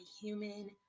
human